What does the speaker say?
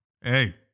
Hey